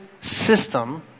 system